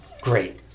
great